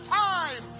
time